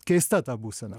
keista ta būsena